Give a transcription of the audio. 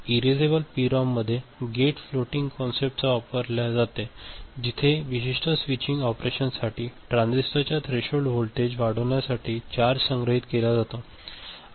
erasable PROM मध्ये gate floating concept वापरल्या जातो जिथे विशिष्ट स्विचिंग ऑपरेशनसाठी ट्रान्झिस्टरच्या थ्रेशोल्ड व्होल्टेज वाढविण्यासाठी चार्ज संग्रहित केला जातो